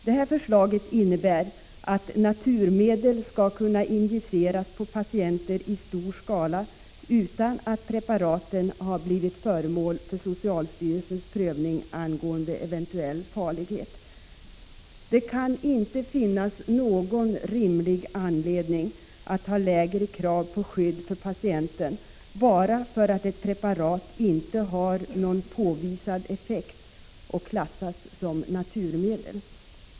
Det här förslaget innebär att naturmedel skall kunna injiceras på patienter i stor skala utan att preparaten blivit föremål för socialstyrelsens prövning angående eventuell farlighet. Det kan inte finnas någon rimlig anledning att 13 ha lägre krav på skydd för patienten bara för att ett preparat inte har någon påvisad effekt och klassas som naturmedel.